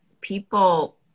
people